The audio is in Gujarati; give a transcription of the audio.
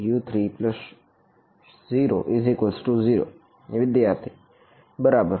A21U1A22U2A23U300 વિદ્યાર્થી બરાબર